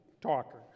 talker